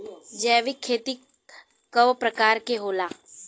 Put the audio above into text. जैविक खेती कव प्रकार के होला?